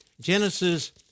Genesis